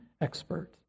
expert